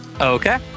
Okay